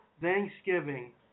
Thanksgiving